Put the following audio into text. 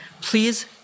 Please